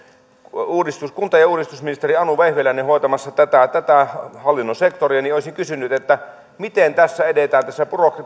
kunta ja uudistusministeri anu vehviläinen hoitamassa tätä tätä hallinnon sektoria niin olisin kysynyt miten edetään tässä